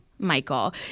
Michael